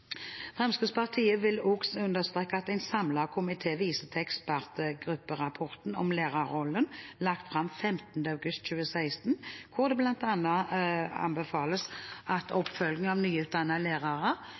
Fremskrittspartiet vil også understreke at en samlet komité viser til ekspertgrupperapporten Om lærerrollen, lagt fram 15. august 2016, hvor det bl.a. anbefales at